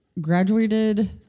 graduated